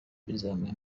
bazamuye